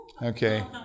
Okay